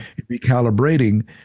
recalibrating